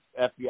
fbi